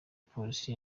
polisi